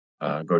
go